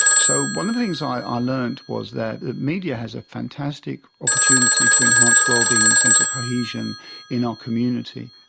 so one of the things i ah learnt was that the media has a fantastic opportunity to enhance wellbeing and a sense of cohesion in our community.